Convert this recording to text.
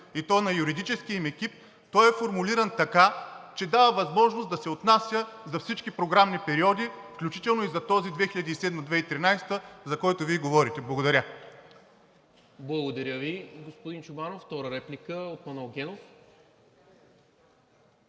– на юридическия им екип, той е формулиран така, че дава възможност да се отнася за всички програмни периоди, включително и за този 2007 – 2013 г., за който Вие говорите. Благодаря. ПРЕДСЕДАТЕЛ НИКОЛА МИНЧЕВ: Благодаря Ви, господин Чобанов. Втора реплика от Манол Генов.